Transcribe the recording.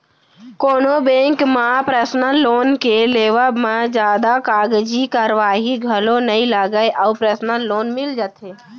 कोनो बेंक म personal loan के लेवब म जादा कागजी कारवाही घलौ नइ लगय अउ परसनल लोन मिल जाथे